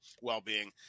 well-being